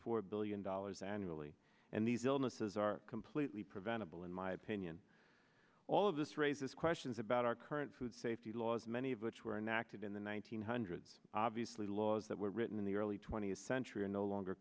four billion dollars annually and these illnesses are completely preventable in my opinion all of this raises questions about our current food safety laws many of which were enacted in the one thousand nine hundred obviously laws that were written in the early twentieth century are no longer